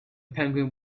penguin